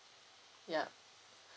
ya